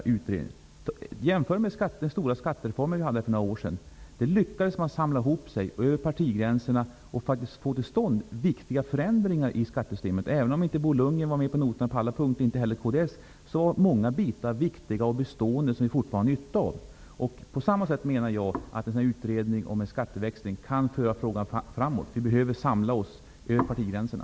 Jämför med den stora skattereform som genomfördes för några år sedan. Då lyckades man samla ihop sig över partigränserna och faktiskt få till stånd viktiga förändringar i skattesystemet. Även om inte Bo Lundgren och inte heller kds var med på noterna på alla punkter, var många delar i skattereformen viktiga och bestående och något som vi fortfarande har nytta av. På samma sätt menar jag att en utredning om en skatteväxling kan föra frågan framåt. Vi behöver samla oss över partigränserna.